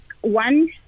One